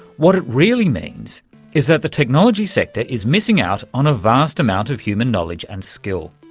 what it really means is that the technology sector is missing out on a vast amount of human knowledge and skill.